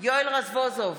יואל רזבוזוב,